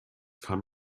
kann